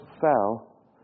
fell